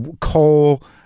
coal